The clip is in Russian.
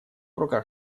руках